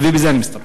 ובזה אני מסתפק.